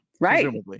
Right